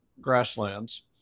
grasslands